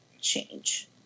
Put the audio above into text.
change